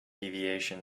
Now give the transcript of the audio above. deviation